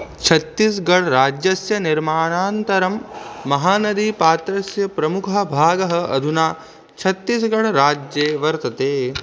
छत्तीस्गड् राज्यस्य निर्माणान्तरं महानदीपात्रस्य प्रमुखः भागः अधुना छत्तीसगढ् राज्ये वर्तते